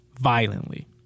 violently